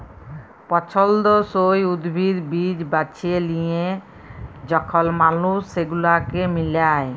পছল্দসই উদ্ভিদ, বীজ বাছে লিয়ে যখল মালুস সেগুলাকে মিলায়